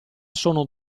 sono